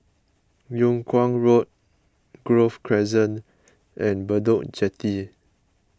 Yung Kuang Road Grove Crescent and Bedok Jetty